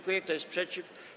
Kto jest przeciw?